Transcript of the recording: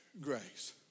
grace